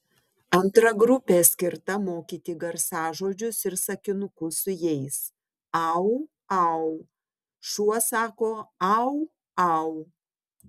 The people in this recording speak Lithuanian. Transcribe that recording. antra grupė skirta mokyti garsažodžius ir sakinukus su jais au au šuo sako au au